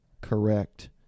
correct